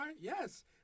Yes